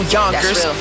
Yonkers